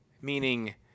Meaning